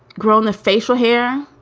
grown the facial hair,